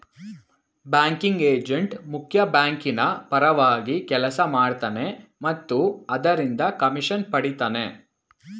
banking agent ಮುಖ್ಯ ಬ್ಯಾಂಕಿನ ಪರವಾಗಿ ಕೆಲಸ ಮಾಡ್ತನೆ ಮತ್ತು ಅದರಿಂದ ಕಮಿಷನ್ ಪಡಿತನೆ